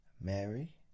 Mary